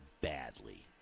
badly